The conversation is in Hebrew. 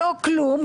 לא כלום,